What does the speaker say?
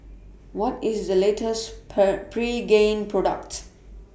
What IS The latest Per Pregain Product